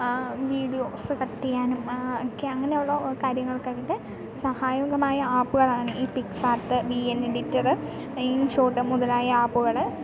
videos cut ചെയ്യാനും ഒക്കെ അങ്ങനെയുള്ള കാര്യങ്ങൾക്കൊക്കെ സഹായകമായ ആപ്പുകളാണ് ഈ PicsArt V N editor InShot മുതലായ ആപ്പുകൾ